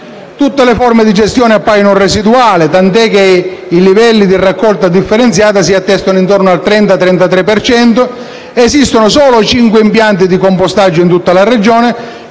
Tutte le altre forme di gestione appaiono residuali, tant'è che i livelli di raccolta differenziata si attestano intorno al 30-33 per cento. Esistono solo 5 impianti di compostaggio in tutta la Regione